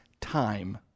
time